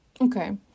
Okay